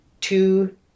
two